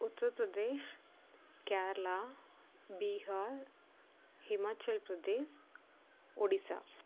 Uttar Pradesh Kerala Bihar Himachal Pradesh Odisha